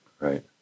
right